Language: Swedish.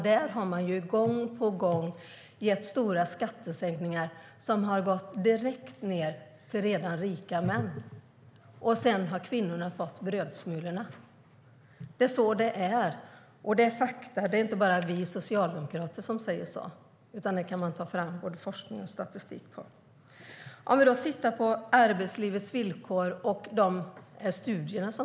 Där har man gång på gång gjort stora skattesänkningar som har gått direkt till redan rika män. Sedan har kvinnorna fått brödsmulorna. Det här är fakta från forskning och statistik. Det är inte bara vi socialdemokrater som säger så. Låt oss titta på de studier från ALI som finns sedan tidigare om arbetslivets villkor.